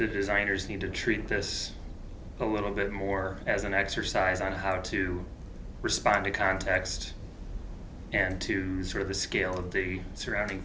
the designers need to treat this a little bit more as an exercise on how to respond to context aaron to sort of the scale of the surrounding